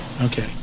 Okay